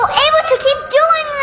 ah able to keep doing